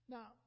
Now